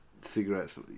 Cigarettes